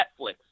Netflix